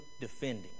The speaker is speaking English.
defending